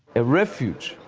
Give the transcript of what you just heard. a refuge,